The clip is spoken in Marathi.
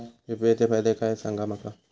यू.पी.आय चे फायदे सांगा माका?